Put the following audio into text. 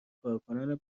کارکنان